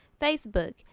Facebook